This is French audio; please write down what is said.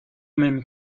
même